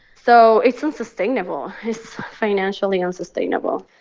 so it's unsustainable. it's financially unsustainable.